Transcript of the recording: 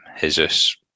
Jesus